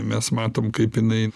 mes matom kaip jinai